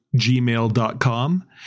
gmail.com